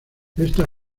esta